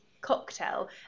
cocktail